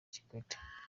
kikwete